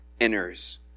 enters